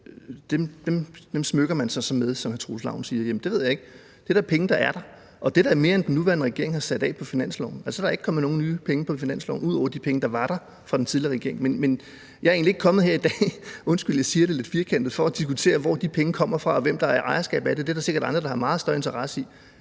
Dem smykker man sig så med, som hr. Troels Ravn siger. Det ved jeg ikke, for det er da penge, der er der. Og det er da mere, end den nuværende regering har sat af på finansloven. Altså, der er ikke kommet nogen nye penge på finansloven ud over de penge, der var der fra den tidligere regering. Men jeg er egentlig ikke kommet her i dag – undskyld, jeg siger det lidt firkantet – for at diskutere, hvor de penge kommer fra, og hvem der har ejerskab til dem. Det er der sikkert andre der har meget større interesse i.